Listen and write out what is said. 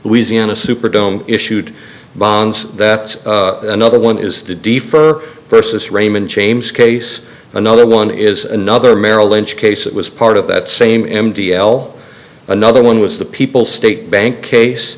in a superdome issued bonds that another one is to defer versus raymond james case another one is another merrill lynch case it was part of that same m t l another one was the people state bank case